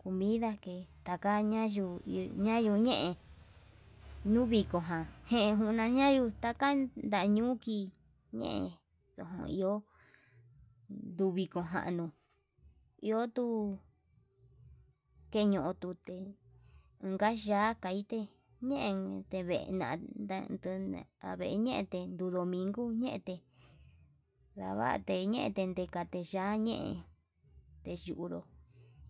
comida ke'e takaña xuu ña'a ñuñe nun viko ján ken nduña takan nudiko kii ñe'e ndojo iho nduu viko januu iho tuu keño'o tute nuka ya'a kaite, ñenduvena ndanduna ave'e ñente tuu domigo ñe'e ndavate ñente tutikate ya'á ñe'e te yunru